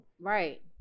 Right